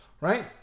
right